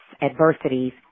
adversities